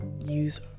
use